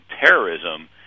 terrorism